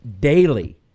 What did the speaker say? daily